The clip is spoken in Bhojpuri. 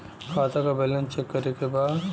खाता का बैलेंस चेक करे के बा?